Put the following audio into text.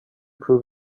prove